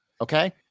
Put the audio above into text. Okay